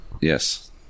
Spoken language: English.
yes